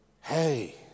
Hey